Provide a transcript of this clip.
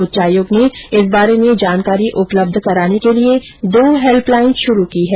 उच्चायोग ने इस बारे में जानकारी उपलब्घ कराने के लिए दो हेल्प लाइन शुरू की हैं